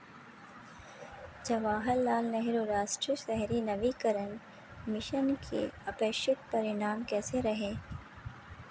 जवाहरलाल नेहरू राष्ट्रीय शहरी नवीकरण मिशन के अपेक्षित परिणाम कैसे रहे?